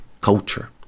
culture